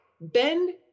bend